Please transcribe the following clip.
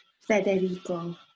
Federico